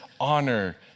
honor